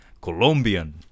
Colombian